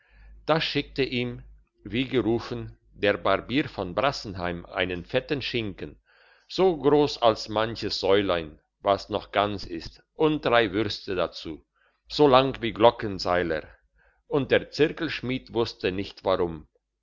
da schickte ihm wie gerufen der barbier von brassenheim einen fetten schinken so gross als manches säulein was noch ganz ist und drei würste dazu so lang wie glockenseiler und der zirkelschmied wusste nicht warum